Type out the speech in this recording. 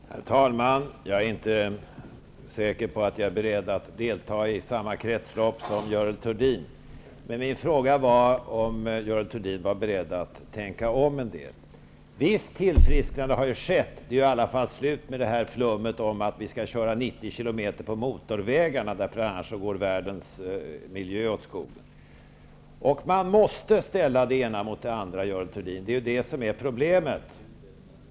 Herr talman! Jag är inte säker på att jag är beredd att delta i samma kretslopp som Görel Thurdin. Men min fråga var om Görel Thurdin var beredd att tänka om en del. Ett visst tillfrisknande har i alla fall skett. Det är i alla slut med detta flum om att vi skall köra 90 km/tim på motorvägarna därför att världens miljö annars går åt skogen. Man måste ställa det ena mot det andra, Görel Thurdin. Det är detta som är problemet.